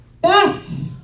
Best